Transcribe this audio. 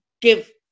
give